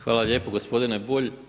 Hvala lijepo gospodine Bulj.